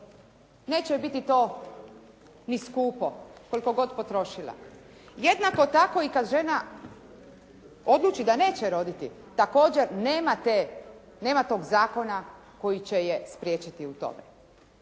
Neće joj biti to ni skupo, koliko god potrošila. Jednako tako i kad žena odluči da neće roditi, također nema tog zakona koji će je spriječiti u tome.